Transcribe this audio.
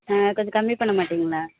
ஆ கொஞ்சம் கம்மி பண்ண மாட்டிங்களா